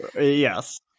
Yes